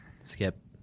Skip